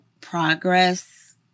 progress